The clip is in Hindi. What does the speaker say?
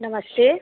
नमस्ते